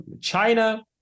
China